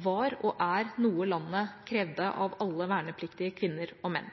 var – og er – noe landet krevde av alle vernepliktige kvinner og menn.